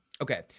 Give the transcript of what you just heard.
Okay